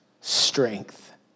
strength